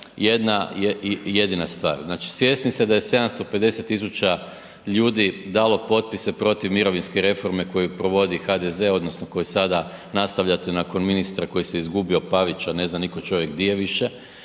jedna i jedina stvar. Znači, svjesni ste da je 750 000 ljudi dalo potpise protiv mirovinske reforme koju provodi HDZ odnosno koju sada nastavljate nakon ministra koji se izgubio, Pavića, ne zna nitko čovjek di je više,